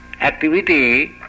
activity